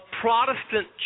Protestant